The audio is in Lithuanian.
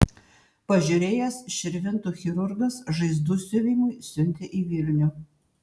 pažiūrėjęs širvintų chirurgas žaizdų siuvimui siuntė į vilnių